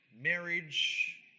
marriage